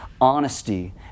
honesty